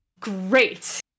great